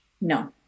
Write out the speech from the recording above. No